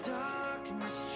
darkness